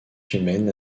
humaine